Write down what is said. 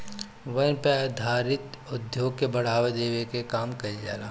वन पे आधारित उद्योग के बढ़ावा देवे के काम कईल जाला